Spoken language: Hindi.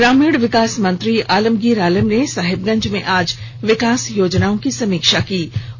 ग्रामीण विकास मंत्री आलमगीर आलम ने साहिबगज में आज विकास योजनाओं की समीक्षा बैठक की